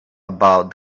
about